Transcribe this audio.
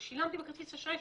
הוא שילם בכרטיס אשראי.